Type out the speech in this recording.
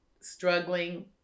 struggling